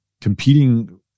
competing